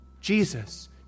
Jesus